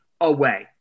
away